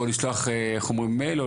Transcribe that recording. או לשלוח חומרים במייל.